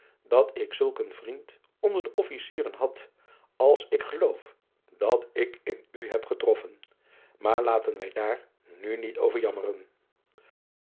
dat ik zulk een vriend onder de fficieren had als ik geloof dat ik in u heb getroffen maar laten wij daar nu niet over jammeren